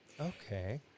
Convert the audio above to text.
Okay